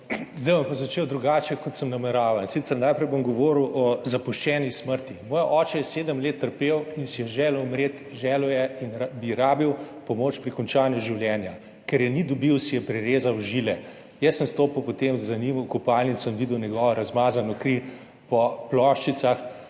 Zdaj bom pa začel drugače, kot sem nameraval, in sicer bom najprej govoril o zapuščeni smrti. Moj oče je sedem let trpel in si je želel umreti, želel je in bi potreboval pomoč pri končanju življenja. Ker je ni dobil, si je prerezal žile. Jaz sem stopil potem za njim v kopalnico in videl njegovo razmazano kri po keramičnih